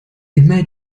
immer